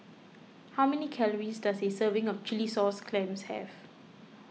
how many calories does a serving of Chilli Sauce Clams have